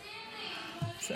אבל זה ציני, פוליטי.